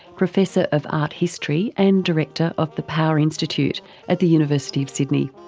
professor of art history and director of the power institute at the university of sydney.